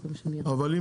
אבל,